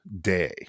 day